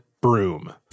broom